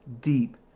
Deep